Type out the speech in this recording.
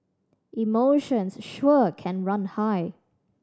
emotions sure can run high